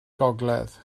gogledd